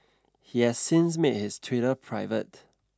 he has since made his Twitter private